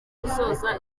gusoza